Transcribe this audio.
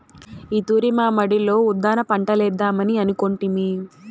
ఈ తూరి మా మడిలో ఉద్దాన పంటలేద్దామని అనుకొంటిమి